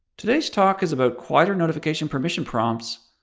today's talk is about quieter notification permission prompts,